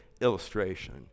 illustration